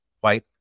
White